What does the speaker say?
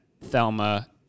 Thelma